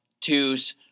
twos